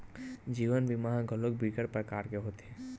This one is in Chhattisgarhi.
जीवन बीमा ह घलोक बिकट परकार के होथे